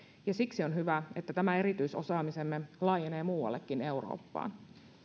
ja siksi on hyvä että tämä erityisosaamisemme laajenee muuallekin eurooppaan